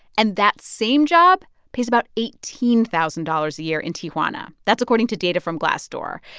and that same job pays about eighteen thousand dollars a year in tijuana. that's according to data from glassdoor.